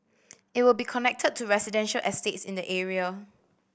it will be connected to residential estates in the area